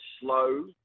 slow